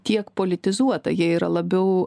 tiek politizuota jie yra labiau